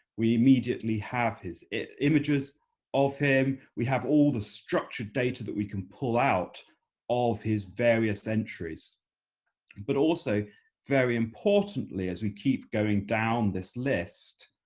we immediately have his images of him we have all the structured data that we can pull out of his various entries but also very importantly as we keep going down this list